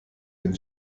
ein